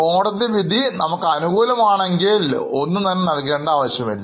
കോടതി വിധി നമുക്ക് അനുകൂലമാണെങ്കിൽ നമ്മൾ ഒന്നുംതന്നെ നൽകേണ്ടതില്ല